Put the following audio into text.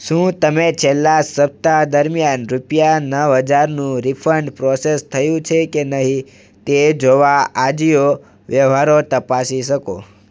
શું તમે છેલ્લાં સપ્તાહ દરમિયાન રૂપિયા નવ હજારનું રીફંડ પ્રોસેસ થયું છે કે નહીં તે જોવા આજીઓ વ્યવહારો તપાસી શકો